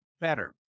better